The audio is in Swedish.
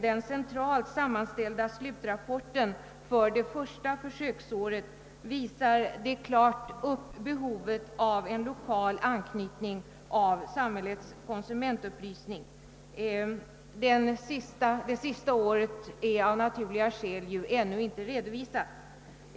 Den centralt sammanställda slutrapporten för det första försöksåret visar klart . behovet av en lokal anknytning för samhällets konsumentupplysning. Det se . naste året är av naturliga skäl ännu inte redovisat.